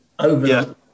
over